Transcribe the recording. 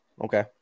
Okay